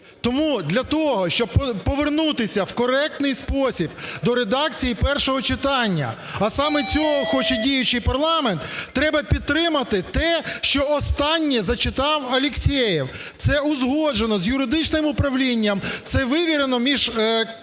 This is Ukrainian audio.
Тому для того, щоб повернутися в коректний спосіб до редакції першого читання, а саме цього хоче діючий парламент, треба підтримати те, що останнє зачитав Алєксєєв. Це узгоджено з юридичним управлінням. Це вивірено між представниками